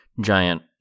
giant